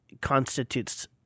constitutes